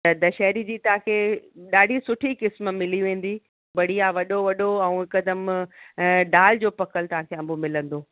त दशहरी जी तव्हांखे ॾाढी सुठी किस्म मिली वेंदी बढ़िया वॾो वॾो ऐं हिकदमि डाल जो पकल तव्हांखे अंबु मिलंदो